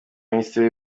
minisiteri